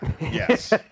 Yes